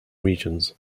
regions